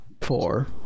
Four